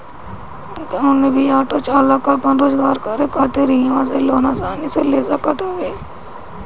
कवनो भी ऑटो चालाक आपन रोजगार करे खातिर इहवा से लोन आसानी से ले सकत हवे